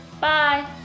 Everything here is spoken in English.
Bye